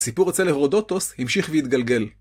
סיפור אצל הרודוטוס המשיך והתגלגל.